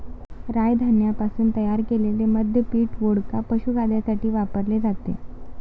राय धान्यापासून तयार केलेले मद्य पीठ, वोडका, पशुखाद्यासाठी वापरले जाते